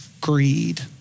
greed